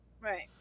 Right